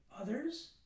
others